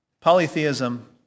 polytheism